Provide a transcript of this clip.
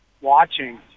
watching